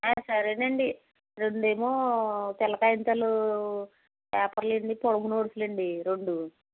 సరేనండి రెండు ఏమో తెల్ల కాగితాలు పేపర్లు ఉన్న పొడుగు నోట్స్లు అండి రెండు